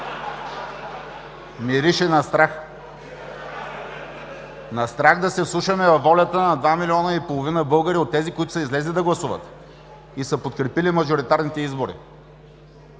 мирише на страх, на страх да се вслушаме във волята на два милиона и половина българи от тези, които са излезли да гласуват, и са подкрепили мажоритарните избори.